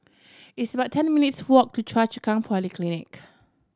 it's about ten minutes' walk to Choa Chu Kang Polyclinic